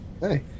Hey